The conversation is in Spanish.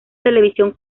televisión